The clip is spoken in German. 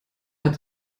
hat